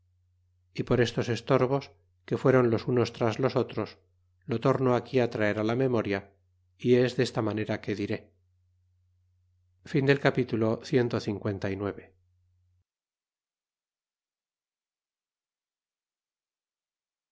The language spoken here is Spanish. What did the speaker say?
y per estos estorbos quefueron los unos tras los otros lo torno aquí traer á la memoria y es desta manera que diré capitulo